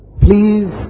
Please